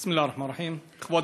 בסם אללה א-רחמאן א-רחים.